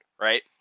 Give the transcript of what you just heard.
right